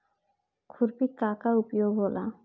खुरपी का का उपयोग होला?